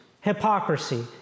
hypocrisy